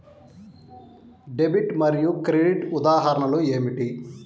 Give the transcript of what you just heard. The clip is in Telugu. డెబిట్ మరియు క్రెడిట్ ఉదాహరణలు ఏమిటీ?